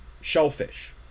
shellfish